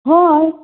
हय